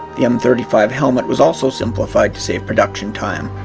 the m three five helmet was also simplified to save production time.